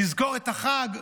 נזכור את החג,